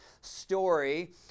story